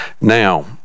Now